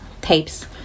tapes